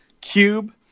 cube